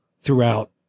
throughout